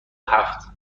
هفت